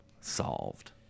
Solved